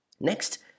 next